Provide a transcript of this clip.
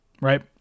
right